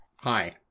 Hi